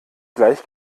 gleich